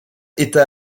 états